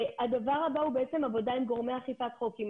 הדבר הבא הוא עבודה עם גורמי אכיפת חוקים.